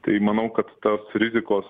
tai manau kad tas rizikos